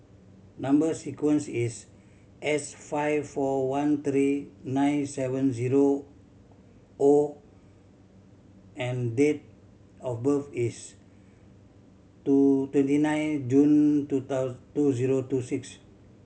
number sequence is S five four one three nine seven zero O and date of birth is two twenty nine June two two zero two six